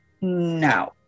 no